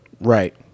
Right